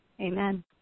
Amen